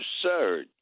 absurd